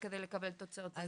על מנת לקבל תוצאות.